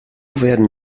werden